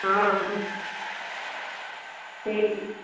ହଁ ସେଇ